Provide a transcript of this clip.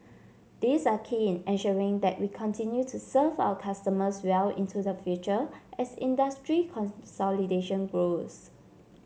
these are key in ensuring that we continue to serve our customers well into the future as industry consolidation grows